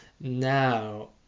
Now